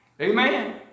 Amen